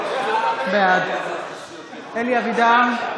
בעד אלי אבידר,